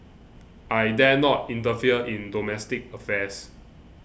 I dare not interfere in domestic affairs